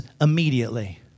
immediately